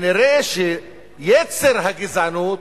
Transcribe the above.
כנראה יצר הגזענות